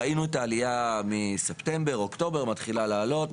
ראינו את העלייה מספטמבר אוקטובר מתחילה לעלות.